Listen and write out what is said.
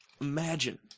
imagine